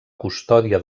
custòdia